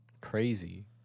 Crazy